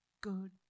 good